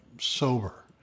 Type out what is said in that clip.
sober